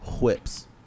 whips